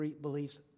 beliefs